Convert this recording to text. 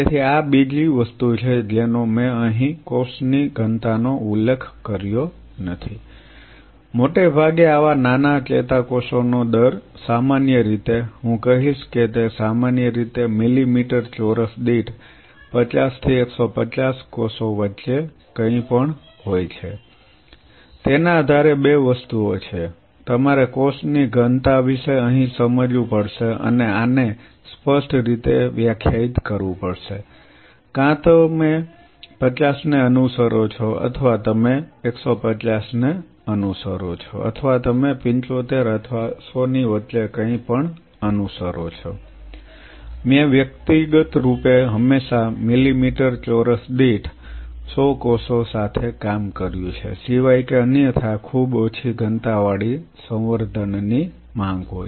તેથી આ બીજી વસ્તુ છે જેનો મેં અહીં કોષની ઘનતાનો ઉલ્લેખ કર્યો નથી મોટે ભાગે આવા નાના ચેતાકોષો નો દર સામાન્ય રીતે હું કહીશ કે તે સામાન્ય રીતે મિલીમીટર ચોરસ દીઠ 50 થી 150 કોષો વચ્ચે કંઈપણ હોય છે તેના આધારે 2 વસ્તુઓ છે તમારે કોષની ઘનતા વિશે અહીં સમજવું પડશે અને આને સ્પષ્ટ રીતે વ્યાખ્યાયિત કરવું પડશે કાં તો તમે 50 ને અનુસરો છો અથવા તમે 150 ને અનુસરો છો અથવા તમે 75 અથવા 100 ની વચ્ચે કંઈપણ અનુસરો છો મેં વ્યક્તિગત રૂપે હંમેશા મિલિમીટર ચોરસ દીઠ 100 કોષો સાથે કામ કર્યું છે સિવાય કે અન્યથા ખૂબ ઓછી ઘનતાવાળી સંવર્ધન ની માંગ હોય